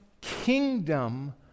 kingdom